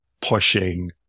pushing